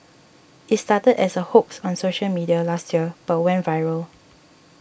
it started as a hoax on social media last year but went viral